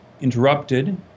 interrupted